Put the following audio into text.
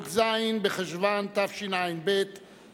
יושבת-ראש מפלגת העבודה.